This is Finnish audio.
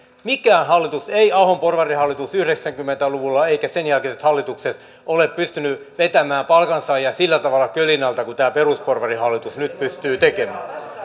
mikään hallitus ei ahon porvarihallitus yhdeksänkymmentä luvulla eivätkä sen jälkeiset hallitukset ole pystynyt vetämään palkansaajia sillä tavalla kölin alta kuin tämä perusporvarihallitus nyt pystyy tekemään